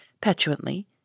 petulantly